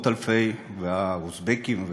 והאוזבקים,